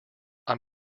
i’m